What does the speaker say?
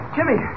Jimmy